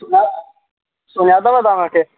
सुञा सुञातव तव्हां मांखे